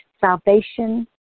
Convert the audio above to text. Salvation